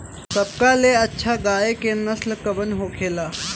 सबका ले अच्छा गाय के नस्ल कवन होखेला?